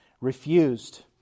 refused